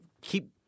keep